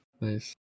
Nice